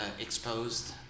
exposed